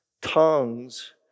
Tongues